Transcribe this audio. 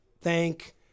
thank